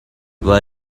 were